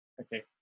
okay